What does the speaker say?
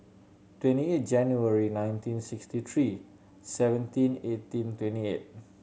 twenty eight January nineteen sixty three seventeen eighteen twenty eight